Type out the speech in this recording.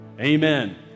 Amen